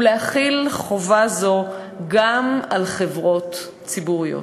ולהחיל חובה זו גם על חברות ציבוריות.